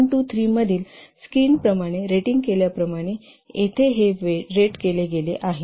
1 2 3 मधील स्क्रीन प्रमाणे रेटिंग केल्याप्रमाणे येथे हे रेट केले गेले आहे